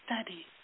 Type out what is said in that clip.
study